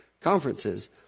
conferences